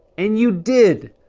and you did.